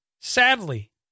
sadly